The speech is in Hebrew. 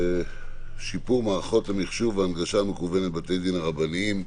שיפור מערכות המחשוב וההנגשה המקוונת בבתי הדין הרבניים.